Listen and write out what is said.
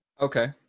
Okay